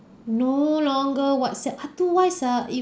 no longer whatsapp otherwise ah you